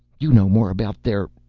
you know more about their.